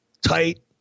tight